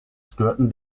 stören